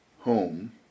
home